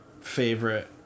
favorite